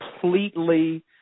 completely